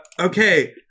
Okay